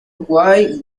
why